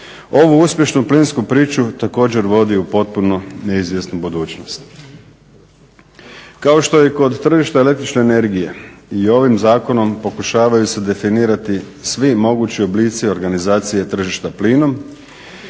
ovu uspješnu plinsku priču također vodi u potpuno neizvjesnu budućnost. Kao što je i kod tržišta električne energije i ovim zakonom pokušavaju se definirati svi mogući oblici organizacije tržišta plinom